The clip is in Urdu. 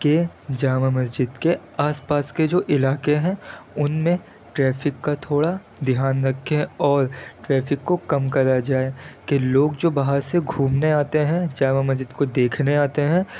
کہ جامع مسجد کے آس پاس کے جو علاقے ہیں ان میں ٹریفک کا تھوڑا دھیان رکھیں اور ٹریفک کو کم کرا جائے کہ لوگ جو باہر سے گھومنے آتے ہیں جامع مسجد کو دیکھنے آتے ہیں